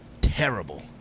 terrible